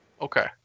Okay